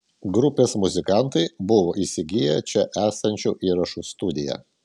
grupės muzikantai buvo įsigiję čia esančią įrašų studiją